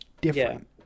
different